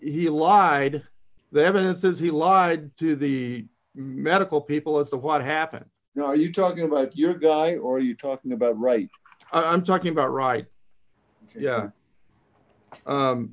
he lied the evidence is he lied to the medical people as to what happened you know you talking about your guy or you talking about right i'm talking about right yeah